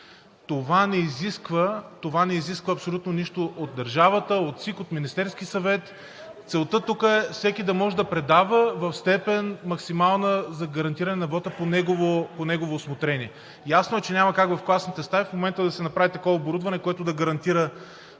Това не изисква абсолютно нищо от държавата, от ЦИК, от Министерския съвет. Целта тук е всеки да може да предава в степен максимална за гарантиране на вота по негово усмотрение. Ясно е, че няма как в класните стаи в момента да се направи такова оборудване, което да гарантира